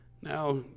Now